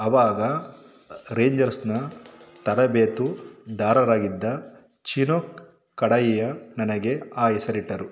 ಆವಾಗ ರೇಂಜರ್ಸ್ನ ತರಬೇತುದಾರರಾಗಿದ್ದ ಚಿನೋ ಕಡಹಿಯಾ ನನಗೆ ಆ ಹೆಸರಿಟ್ಟರು